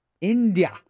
India